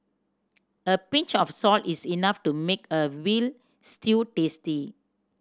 a pinch of salt is enough to make a veal stew tasty